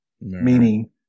meaning